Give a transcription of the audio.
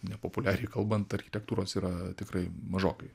nepopuliariai kalbant architektūros yra tikrai mažokai